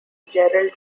gerald